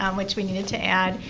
um which we needed to add.